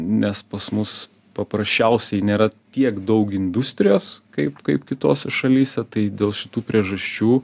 nes pas mus paprasčiausiai nėra tiek daug industrijos kaip kaip kitose šalyse tai dėl šitų priežasčių